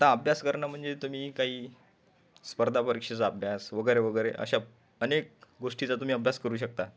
आता अभ्यास करणं म्हणजे तुम्ही काही स्पर्धा परीक्षांचा अभ्यास वगैरे वगैरे अशा अनेक गोष्टीचा तुम्ही अभ्यास करू शकता